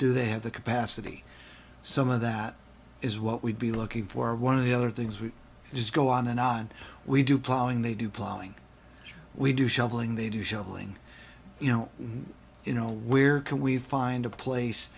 do they have the capacity some of that is what we'd be looking for one of the other things we just go on and on we do plowing they do plowing we do shoveling they do shoveling you know and you know where can we find a place